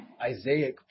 Isaiah